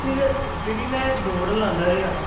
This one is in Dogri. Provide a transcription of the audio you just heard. फिर जेह्ड़ी में दौड़ लांदा रेहा